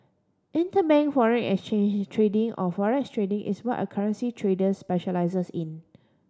interbank foreign exchange trading or forex trading is what a currency trader specialises in